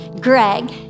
Greg